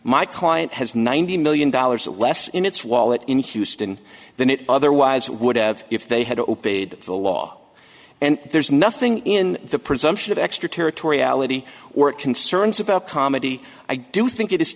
my client has ninety million dollars less in its wallet in houston than it otherwise would have if they had obeyed the law and there's nothing in the presumption of extraterritoriality or concerns about comedy i do think it is